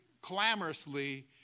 clamorously